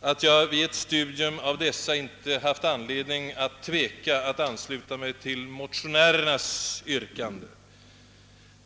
att jag vid ett studium av dessa inte haft anledning att tveka att ansluta mig till motionärernas yrkande.